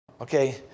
Okay